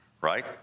right